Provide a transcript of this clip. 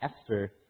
Esther